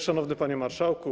Szanowny Panie Marszałku!